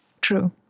true